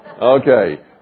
Okay